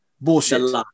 bullshit